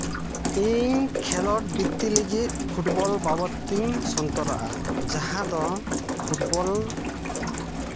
ᱤᱧ ᱠᱷᱮᱞᱳᱰ ᱵᱤᱛᱛᱤ ᱞᱟᱹᱜᱤᱫ ᱯᱷᱩᱴᱵᱚᱞ ᱵᱟᱵᱚᱫ ᱛᱤᱧ ᱥᱚᱱᱛᱚᱨᱚᱜᱼᱟ ᱡᱟᱦᱟᱸ ᱫᱚ ᱯᱷᱩᱴᱵᱚᱞ